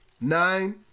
nine